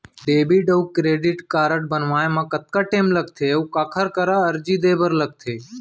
Debit अऊ credit card बनवाए मा कतका टेम लगथे, अऊ काखर करा अर्जी दे बर लगथे?